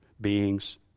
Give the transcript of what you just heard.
beings